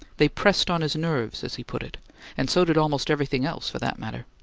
they pressed on his nerves, as he put it and so did almost everything else, for that matter.